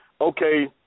okay